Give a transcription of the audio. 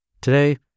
Today